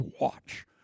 watch